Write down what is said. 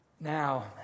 Now